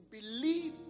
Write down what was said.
believe